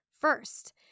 First